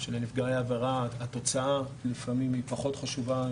שלנפגעי העבירה התוצאה היא לפעמים פחות חשובה.